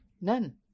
None